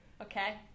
Okay